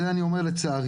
זה אני אומר לצערי,